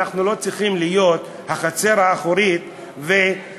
אנחנו לא צריכים להיות החצר האחורית והמעבדה,